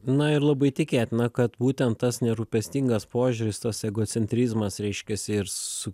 na ir labai tikėtina kad būtent tas nerūpestingas požiūris tas egocentrizmas reiškiasi ir su